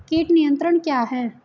कीट नियंत्रण क्या है?